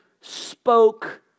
spoke